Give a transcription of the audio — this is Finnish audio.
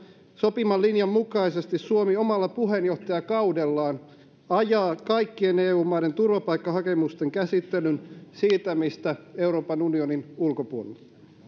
sopiman linjan mukaisesti suomi omalla puheenjohtajakaudellaan ajaa kaikkien eu maiden turvapaikkahakemusten käsittelyn siirtämistä euroopan unionin ulkopuolelle